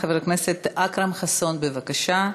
חבר הכנסת אכרם חסון, בבקשה.